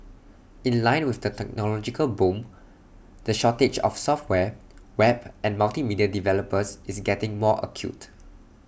in line with the technological boom the shortage of software web and multimedia developers is getting more acute